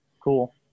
Cool